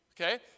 Okay